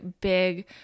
big